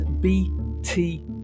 bt